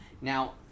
now